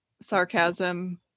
sarcasm